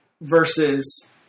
versus